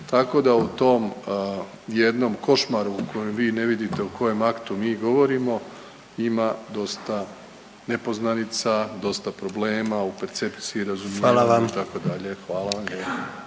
tako da u tom jednom košmaru u kojem ne vidite o kojem aktu mi govorimo ima dosta nepoznanica, dosta problema u percepciji razumijevanja